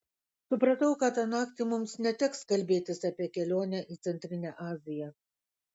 supratau kad tą naktį mums neteks kalbėtis apie kelionę į centrinę aziją